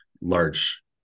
large